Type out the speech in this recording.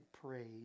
praise